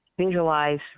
visualize